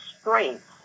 strength